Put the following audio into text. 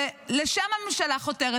ולשם הממשלה חותרת.